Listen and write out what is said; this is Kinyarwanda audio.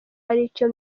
aricyo